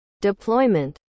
Deployment